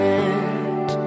end